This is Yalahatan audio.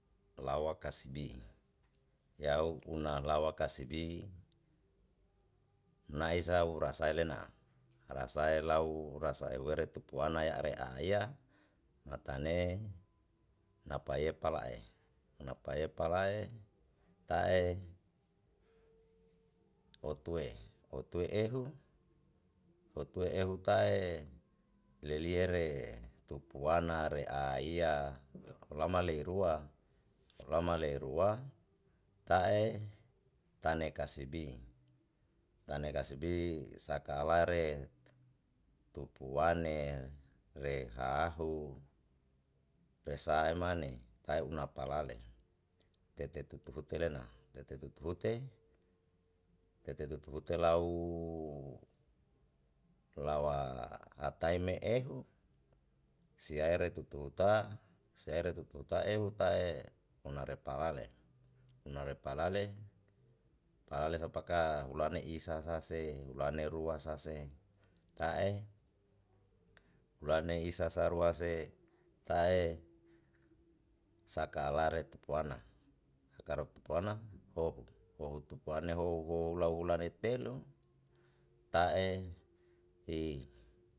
Lawa kasibi yau unalawa kasibi nae sa ura sae lena rasae lau rasa ehu ere tupuana ya'area iya matane napae pala'e, napae palae ta'e otue otue ehu otue ehu tae leliere tupuana reaiya lama le rua lama le rua tae tane kasibi tane kasibi sakalare tupuane rehahu resae mane tae una palale tete tutu hutue lena tete tutu hute tete tutu hute lau lawa hatae me ehu siaere tutu huta sirae tutu huta ehu tae una repaale una repalale, palale sau paka hulane isa sa se hulane rua sa se ta'e sakalare tupuana, sakalare tupuana wo'u, wou tupuane hou wou lau hulane telu ta'e i.